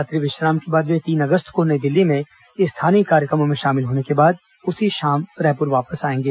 रात्रि विश्राम के बाद वे तीन अगस्त को नई दिल्ली में स्थानीय कार्यक्रमों में शामिल होने के बाद उसी शाम रायपुर वापस आएंगे